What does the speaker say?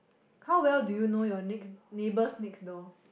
how well do you know your next neighbours next door